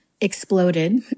exploded